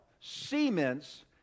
Cements